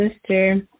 sister